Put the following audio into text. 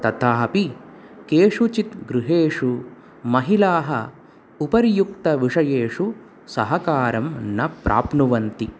ततः अपि केषुचित् गृहेषु महिलाः उपर्युक्तविषयेषु सहकारं न प्राप्नुवन्ति